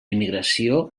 immigració